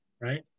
right